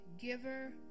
giver